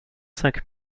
cinq